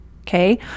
Okay